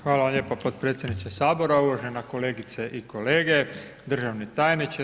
Hvala vam lijepa potpredsjedniče Sabora, uvažena kolegice i kolege, državni tajniče.